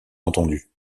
entendu